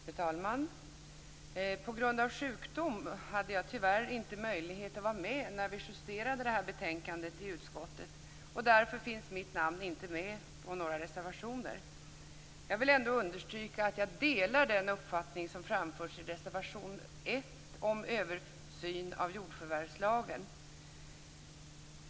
Fru talman! På grund av sjukdom hade jag tyvärr inte möjlighet att vara med när vi justerade det här betänkandet i utskottet. Därför finns mitt namn inte med på några reservationer. Jag vill ändå understryka att jag delar den uppfattning som framförs i reservation 1 om översyn av jordförvärvslagen.